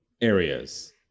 areas